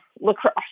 lacrosse